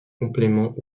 complément